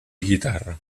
guitarra